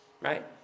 right